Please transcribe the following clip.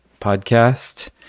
podcast